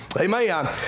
Amen